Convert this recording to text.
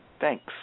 Thanks